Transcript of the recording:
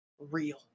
real